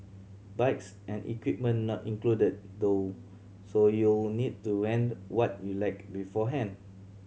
bikes and equipment not included though so you'll need to rent what you lack beforehand